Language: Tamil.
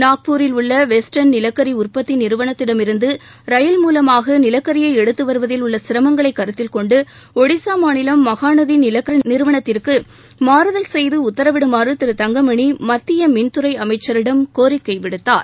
நாக்பூரில் உள்ள வெஸ்டன் நிலக்கரி உற்பத்தி நிறுவனத்திடம் இருந்து ரயில் மூலமாக நிலக்கரியை எடுத்து வருவதில் உள்ள சிரமங்களை கருத்தில் கொண்டு ஒடிசா மாநிலம் மகாநதி நிலக்கரி நிறுவனத்திற்கு மாறுதல் செய்து உத்தரவிடுமாறு திரு தங்கமணி மத்திய மின்துறை அமைச்சரிடம் கோரிக்கை விடுத்தார்